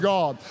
God